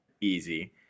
Easy